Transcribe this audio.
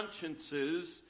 consciences